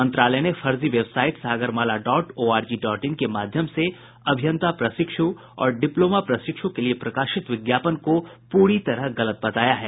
मंत्रालय ने फर्जी website Sagarmala dot ORG dot in के माध्यम से अभियंता प्रशिक्षु और डिप्लोमा प्रशिक्षु के लिए प्रकाशित विज्ञापन को पूरी तरह गलत बताया है